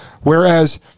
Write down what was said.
Whereas